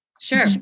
Sure